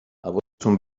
حواستون